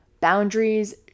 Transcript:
boundaries